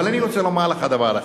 אבל אני רוצה לומר לך דבר אחד.